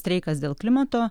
streikas dėl klimato